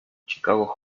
chicago